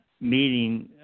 meeting